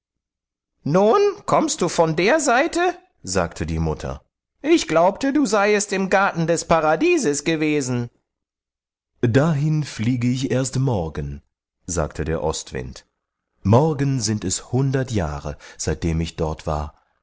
nun kommst du von der seite sagte die mutter ich glaubte du seiest im garten des paradieses gewesen dahin fliege ich erst morgen sagte der ostwind morgen sind es hundert jahre seitdem ich dort war